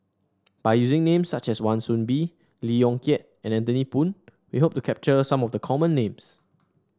by using names such as Wan Soon Bee Lee Yong Kiat and Anthony Poon we hope to capture some of the common names